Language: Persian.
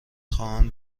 خواهم